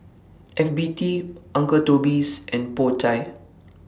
F B T Uncle Toby's and Po Chai